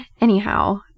Anyhow